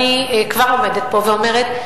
אני כבר עומדת פה ואומרת,